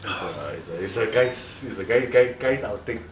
it's a it's a it's a guys it's a guys guys guys outing